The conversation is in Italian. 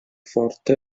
forte